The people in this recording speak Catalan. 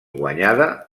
guanyada